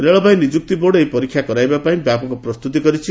ରେଳବାଇ ନିଯୁକ୍ତି ବୋର୍ଡ ଏହି ପରୀକ୍ଷା କରାଇବା ପାଇଁ ବ୍ୟାପକ ପ୍ରସ୍ତୁତି କରିଛି